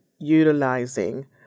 utilizing